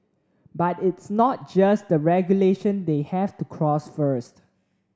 but it's not just the regulation they have to cross first